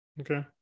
Okay